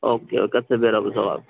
او کے اَدٕ سا بیٚہہ رۅبس حَوال